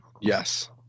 Yes